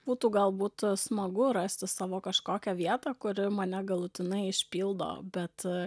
būtų galbūt smagu rasti savo kažkokią vietą kuri mane galutinai išpildo bet